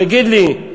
תגיד לי,